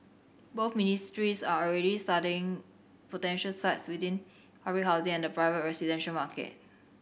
both ministries are already studying potential sites within public housing and the private residential market